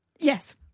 Yes